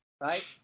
Right